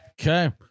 Okay